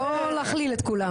לא להכליל את כולם.